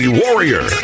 warrior